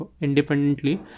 independently